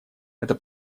это